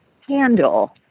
handle